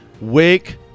wake